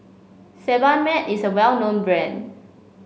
Sebamed is a well known brand